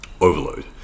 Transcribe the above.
overload